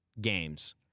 games